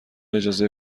اجازه